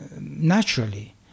naturally